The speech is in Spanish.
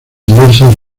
diversas